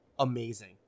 amazing